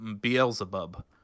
Beelzebub